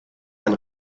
ein